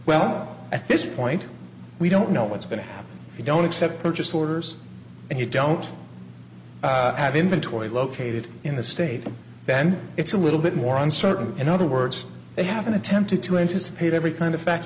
well at this point we don't know what's going to happen if you don't accept purchase orders and you don't have inventory located in the state then it's a little bit more uncertain in other words they haven't attempted to anticipate every kind of fact